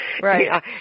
right